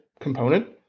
component